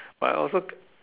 but I also